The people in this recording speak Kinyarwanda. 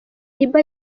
iba